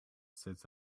sits